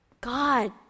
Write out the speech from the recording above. God